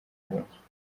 inyuma